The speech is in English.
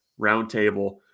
roundtable